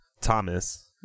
thomas